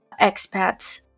expats